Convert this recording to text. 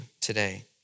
today